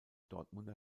dortmunder